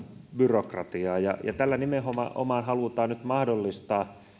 byrokratiaa ja tällä nimenomaan halutaan nyt mahdollistaa